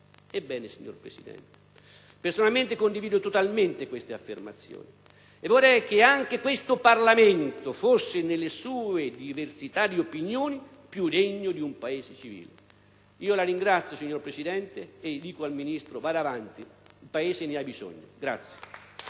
Paese civile». Personalmente condivido totalmente queste affermazioni e vorrei che anche questo Parlamento fosse, nelle sue diversità di opinioni, più degno di un Paese civile. La ringrazio e dico al Ministro: vada avanti. Il Paese ne ha bisogno.